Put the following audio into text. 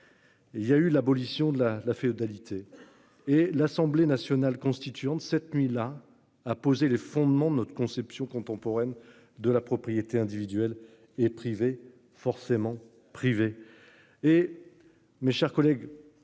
il y a eu l'abolition de la la féodalité et l'Assemblée nationale constituante. Cette nuit-là a posé les fondements de notre conception contemporaine de la propriété individuelle et privée forcément privés et. Mes chers collègues,